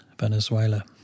Venezuela